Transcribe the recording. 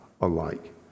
alike